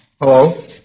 Hello